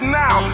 now